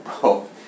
bro